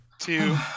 two